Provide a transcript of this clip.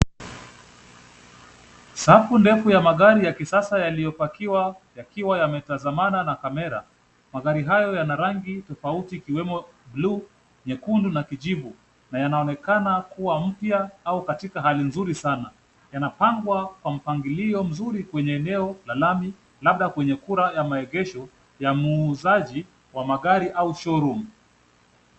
Safu ndefu ya magari ya kisasa yaliyopakiwa yakiwa yametazamana na kamera. Magari hayo yana rangi tofauti ikiwemo blue , nyekundu na kijivu na yanaoneka kuwa mpya au katika hali nzuri sana. Yanapangwa kwa mpangilio mzuri kwenye eneo la lami labda kwenye kura ya maegesho ya muuzaji wa magari au showroom .